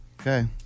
Okay